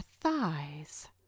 thighs